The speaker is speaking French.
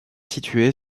situé